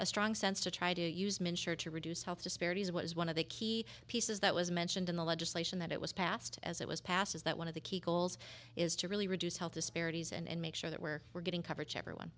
a strong sense to try to use minister to reduce health disparities was one of the key pieces that was mentioned in the legislation that it was passed as it was passed is that one of the key goals is to really reduce health disparities and make sure that where we're getting coverage everyone